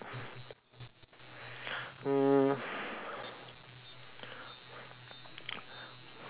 mm